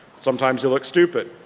sometimes you look stupid.